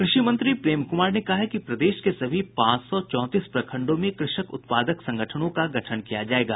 कृषि मंत्री प्रेम कुमार ने कहा है कि प्रदेश के सभी पांच सौ चौंतीस प्रखंडों में कृषक उत्पादक संगठनों का गठन किया जायेगा